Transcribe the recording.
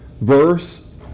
verse